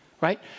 right